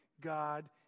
God